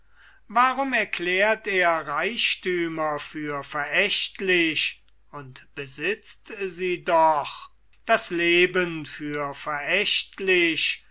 warum erklärt er reichthümer für verächtlich und besitzt sie doch das leben für verächtlich